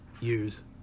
years